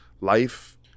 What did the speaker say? life